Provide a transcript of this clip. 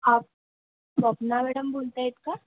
आप स्वप्ना मॅडम बोलत आहेत का